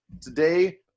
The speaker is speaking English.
Today